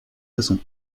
façons